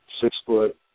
six-foot